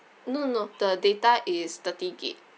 no no the data is thirty gig